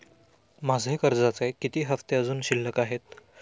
माझे कर्जाचे किती हफ्ते अजुन शिल्लक आहेत?